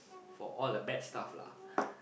for all the bad stuff lah